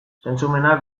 zentzumenak